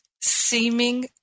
seeming